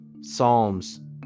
Psalms